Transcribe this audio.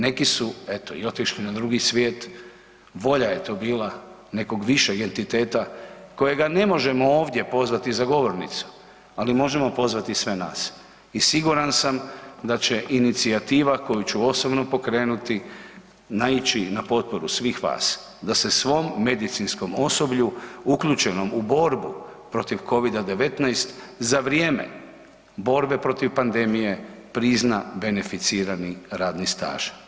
Neki su, eto, i otišli na drugi svijet, volja je to bila nekog višeg entiteta kojega ne možemo ovdje pozvati za govornicu, ali možemo pozvati sve nas i siguran sam da će inicijativa koju ću osobno pokrenuti naići na potporu svih vas, da se svom medicinskom osoblju uključenog u borbu protiv Covida-19 za vrijeme borbe protiv pandemije prizna beneficirani radni staž.